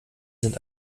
sind